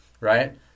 right